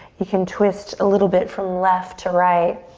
you can twist a little bit from left to right.